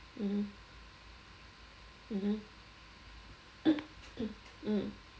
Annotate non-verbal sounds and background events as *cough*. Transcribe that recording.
mmhmm mmhmm *coughs* mm